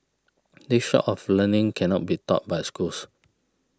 this sort of learning cannot be taught by schools